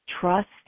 Trust